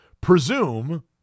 presume